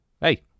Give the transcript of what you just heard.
Hey